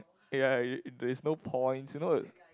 eh ya there is no points you know the